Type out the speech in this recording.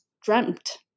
dreamt